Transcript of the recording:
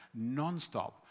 nonstop